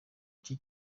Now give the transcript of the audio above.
iki